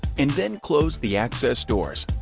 and then close the access doors.